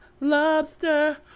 lobster